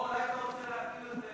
או אולי אתה רוצה להעביר את זה,